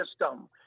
system